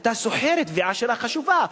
היתה סוחרת ועשירה חשובה.